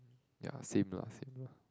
ya same lah same lah